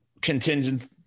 contingent